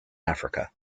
africa